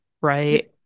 right